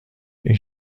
این